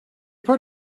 put